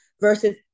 versus